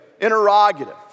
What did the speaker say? interrogative